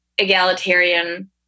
egalitarian